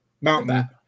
mountain